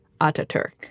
Atatürk